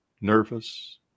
nervous